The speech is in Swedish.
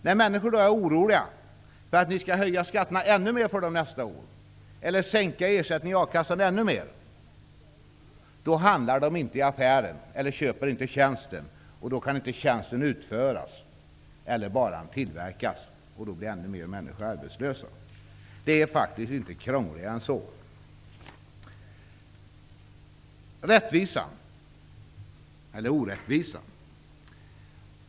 När människor då är oroliga för att ni skall höja skatterna ännu mer för dem nästa år eller sänka a-kasseersättningen ännu mer, handlar de inte i affärer eller köper inte tjänster. Då kan inte tjänsten utföras eller varan tillverkas. Då blir ännu fler människor arbetslösa. Det är faktiskt inte krångligare än så. Rättvisan, eller orättvisan.